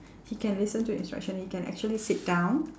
he can listen to instruction he can actually sit down